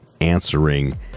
answering